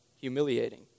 humiliating